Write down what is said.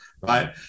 right